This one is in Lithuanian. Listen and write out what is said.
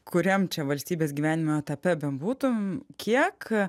kuriam čia valstybės gyvenimo etape bebūtum kiek